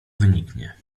wyniknie